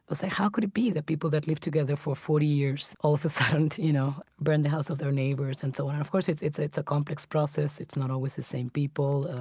but said, how could it be that people that lived together for forty years all of a sudden, you know, burned the house of their neighbors? and so, and of course, it's it's a complex process. it's not always the same people.